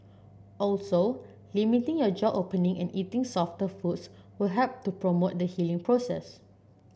also limiting your jaw opening and eating softer foods will help to promote the healing process